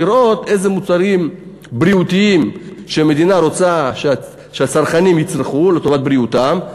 לראות איזה מוצרים בריאותיים המדינה רוצה שהצרכנים יצרכו לטובת בריאותם,